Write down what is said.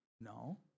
No